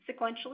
sequentially